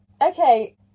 okay